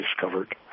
discovered